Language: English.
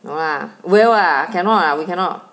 no ah will ah cannot lah we cannot